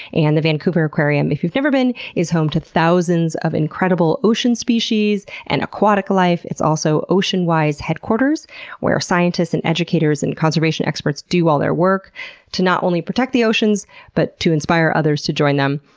and the vancouver aquarium if you've never been is home to thousands of incredible ocean species and aquatic life. it's also ocean wise headquarters where scientists, and educators, and conservation experts do all their work to not only to protect the oceans but to inspire others to join them.